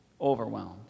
overwhelmed